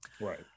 Right